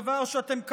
דבר שאתם,